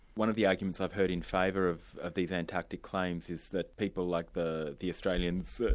one of the arguments i've heard in favour of of these antarctic claims is that people like the the australians,